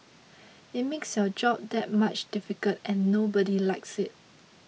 it makes your job that much difficult and nobody likes it